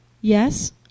Yes